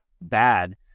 bad